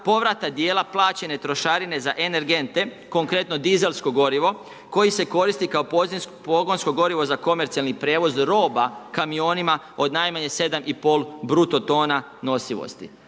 povrata dijela plaćene trošarine za energente, konkretno dizelsko gorivo koji se koristi kao pogonsko gorivo za komercijalni prijevoz roba kamionima od najmanje 7,5 bruto tona nosivosti.